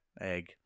egg